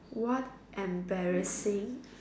what embarrassing